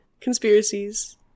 conspiracies